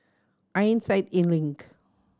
Ironside Link